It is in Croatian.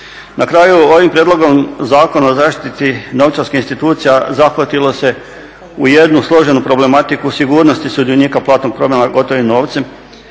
Na kraju ovim Prijedlogom zakona o zaštiti novčarskih institucija zahvatilo se u jednu složenu problematiku sigurnosti sudionika platnog prometa gotovim novcem